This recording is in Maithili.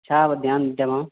अच्छा आब ध्यान देबह